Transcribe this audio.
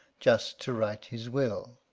just to write his will.